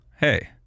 hey